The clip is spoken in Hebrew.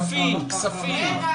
הדיון הוא לא עליך